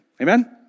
Amen